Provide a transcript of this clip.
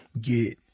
get